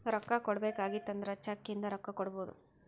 ರೊಕ್ಕಾ ಕೊಡ್ಬೇಕ ಆಗಿತ್ತು ಅಂದುರ್ ಚೆಕ್ ಇಂದ ರೊಕ್ಕಾ ಕೊಡ್ಬೋದು